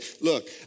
look